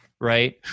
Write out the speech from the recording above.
right